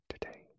today